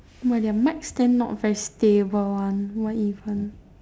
!wah! their mic stand not very stable [one] what even